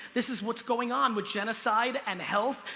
this is what's going on with genocide, and health,